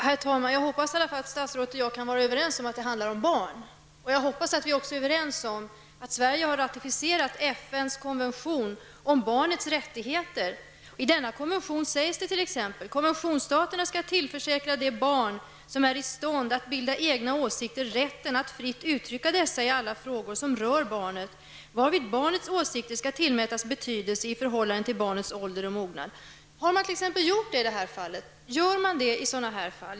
Herr talman! Jag hoppas i alla fall att statsrådet och jag är överens om att det handlar om barn. Jag hoppas också att vi kan vara överens om att Sverige har ratificerat FNs konvention om barnens rättigheter. I denna konvention sägs t.ex. att konventionsstaterna skall tillförsäkra det barn som är i stånd att bilda egna åsikter rätten att fritt uttrycka dessa i alla frågor som rör barnet, varvid barnets åsikter skall tillmätas betydelse i förhållande till barnets ålder och mognad. Jag undrar om man har gjort det i detta fall. Gör man det i sådana här fall?